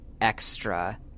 extra